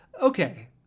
okay